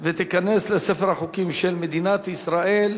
ותיכנס לספר החוקים של מדינת ישראל.